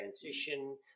transition